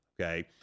Okay